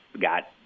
got